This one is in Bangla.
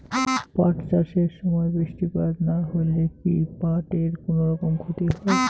পাট চাষ এর সময় বৃষ্টিপাত না হইলে কি পাট এর কুনোরকম ক্ষতি হয়?